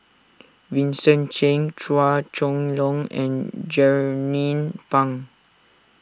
Vincent Cheng Chua Chong Long and Jernnine Pang